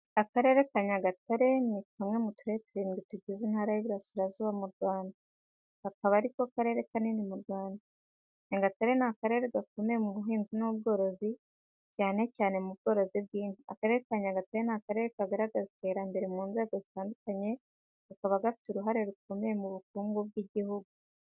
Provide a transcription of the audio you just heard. Akarere ka Nyagatare ni kamwe mu turere turindwi tugize Intara y’Iburasirazuba mu Rwanda. Kakaba ari ko karere kanini mu Rwanda. Nyagatare ni akarere gakomeye mu buhinzi n’ubworozi, cyane cyane mu bworozi bw’inka. Akarere ka Nyagatare ni akarere kagaragaza iterambere mu nzego zitandukanye, kakaba gafite uruhare rukomeye mu bukungu bw’igihugu.